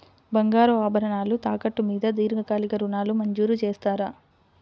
బంగారు ఆభరణాలు తాకట్టు మీద దీర్ఘకాలిక ఋణాలు మంజూరు చేస్తారా?